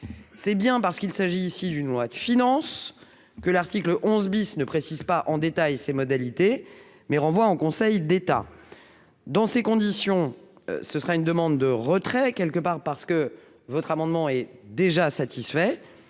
c'est bien parce qu'il s'agit ici d'une loi de finances que l'article 11 bis ne précise pas en détail ses modalités, mais renvoie en Conseil d'État, dans ces conditions, ce sera une demande de retrait quelque part parce que votre amendement est déjà satisfait